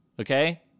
okay